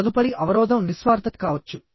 తదుపరి అవరోధం నిస్వార్థత కావచ్చు